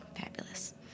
Fabulous